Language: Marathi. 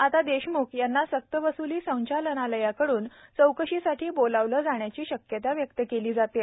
आता देशम्ख यांना सक्तवस्ली संचालनालयाकडून चौकशीसाठी बोलावलं जाण्याची शक्यता व्यक्त केली जात आहे